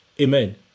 amen